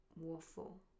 Waffle